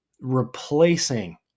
replacing